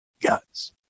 Yes